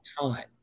time